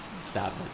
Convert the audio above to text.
stop